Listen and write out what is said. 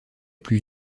plus